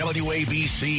wabc